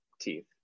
teeth